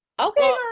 okay